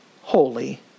holy